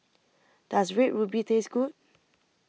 Does Red Ruby Taste Good